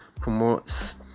promotes